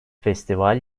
festival